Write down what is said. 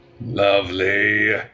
Lovely